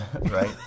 right